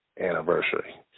anniversary